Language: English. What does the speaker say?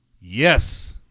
yes